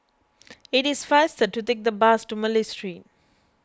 it is faster to take the bus to Malay Street